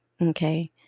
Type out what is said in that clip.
okay